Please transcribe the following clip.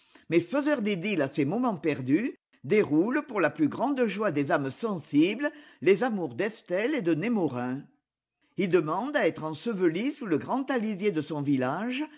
mais faiseur d'idylles à ses moments perdus déroule pour la plus grande joie des âmes sensibles les amours àestelle et de némorin il demande à être enseveli sous le grand alisier de son village